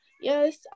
Yes